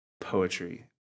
poetry